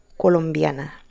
Colombiana